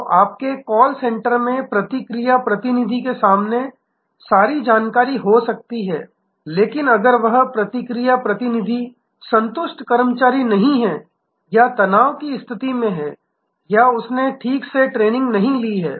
तो आपके call centre में प्रतिक्रिया प्रतिनिधि के सामने सारी जानकारी हो सकती है लेकिन अगर वह प्रतिक्रिया प्रतिनिधि संतुष्ट कर्मचारी नहीं है या तनाव की स्थिति में है या उसने ठीक से ट्रेनिंग नहीं ली है